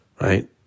Right